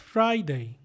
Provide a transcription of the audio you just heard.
Friday